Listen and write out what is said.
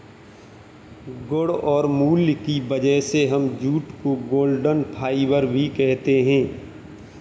गुण और मूल्य की वजह से हम जूट को गोल्डन फाइबर भी कहते है